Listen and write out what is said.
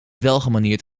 welgemanierd